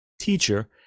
teacher